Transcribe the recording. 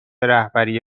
رهبری